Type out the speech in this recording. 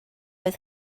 oedd